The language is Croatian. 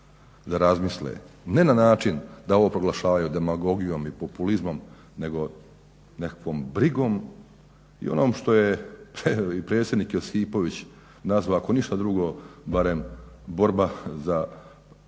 ne na način da ovo proglašavaju demagogijom i populizmom nego nekakvom brigom i onom što je evo i predsjednik Josipović nazvao ako ništa drugo barem borba za onu